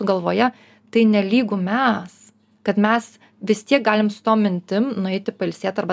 galvoje tai nelygu mes kad mes vis tiek galim tom mintim nueiti pailsėt arba